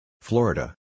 Florida